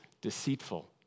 deceitful